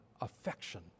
affection